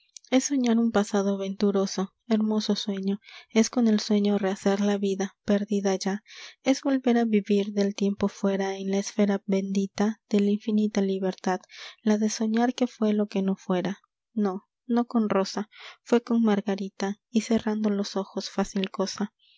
es soñar un pasado venturoso hermoso sueño es con el sueño rehacer la vida perdida ya es volver a vivir del tiempo fuera en la esfera bendita de la infinita libertad la de soñar que fué lo que no fuera no no con rosa fué con margarita y cerrando los ojos fácil cosal